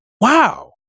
Wow